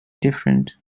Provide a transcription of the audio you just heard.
different